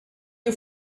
you